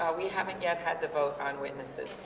ah we haven't yeah had the vote on witnesses.